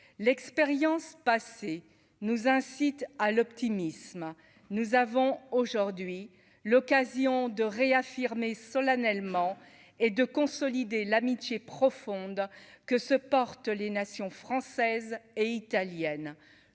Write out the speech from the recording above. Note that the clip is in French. l'expérience passée nous incite à l'optimisme : nous avons aujourd'hui l'occasion de réaffirmer solennellement et de consolider l'amitié profonde que se portent les nation française et italienne,